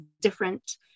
different